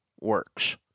works